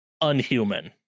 unhuman